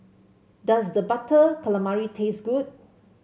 does the Butter Calamari taste good